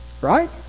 right